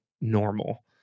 normal